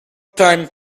time